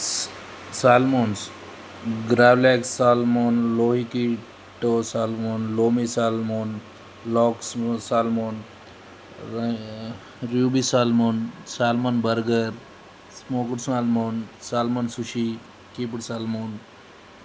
salmon gravlax salmon lox keto salmon lomi salmon cakes salmon ruby salmon salmon burger smoked salmon salmon sushi kebab salmon